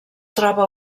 troba